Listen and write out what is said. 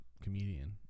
comedian